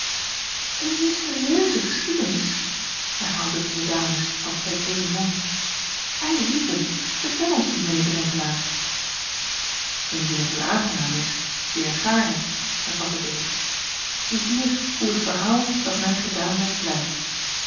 en mysterieuse geschiedenis herhaalden de ames acob van ennep laasje evenster delen als uit eenen mond ilieve vertel ons die mijn eer renkelaer ndien het u aangenaam is zeer gaarne hervatte deze ziehier hoe het verhaal dat mij gedaan werd luidt